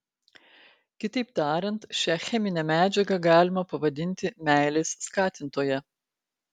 kitaip tariant šią cheminę medžiagą galima pavadinti meilės skatintoja